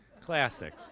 Classic